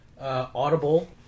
Audible